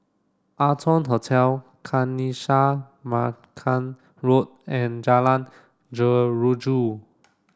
Arton Hotel Kanisha Marican Road and Jalan Jeruju